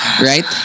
right